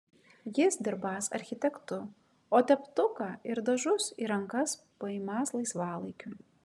jis dirbąs architektu o teptuką ir dažus į rankas paimąs laisvalaikiu